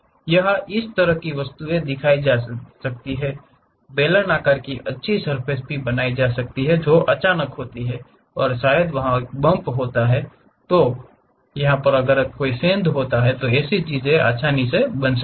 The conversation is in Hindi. यहाँ इस तरह की वस्तु दिखाई जाती है बेलनाकार अच्छी सर्फ़ेस जैसी कोई चीज अचानक आती है वहाँ एक बम्प होता है वहाँ यंह एक तरह का सेंध लगती है